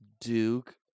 Duke